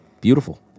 beautiful